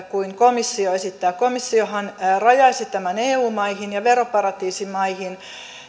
kuin komissio esittää komissiohan rajaisi tämän eu maihin ja veroparatiisimaihin